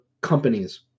companies